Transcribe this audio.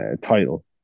title